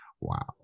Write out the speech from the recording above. wow